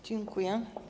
Dziękuję.